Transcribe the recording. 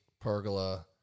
pergola